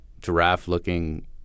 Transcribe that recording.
giraffe-looking